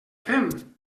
fem